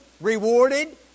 rewarded